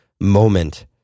moment